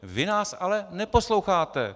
Vy nás ale neposloucháte.